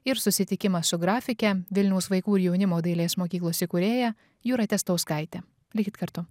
ir susitikimas su grafike vilniaus vaikų ir jaunimo dailės mokyklos įkūrėja jūrate stauskaite likit kartu